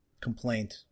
complaint